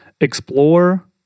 explore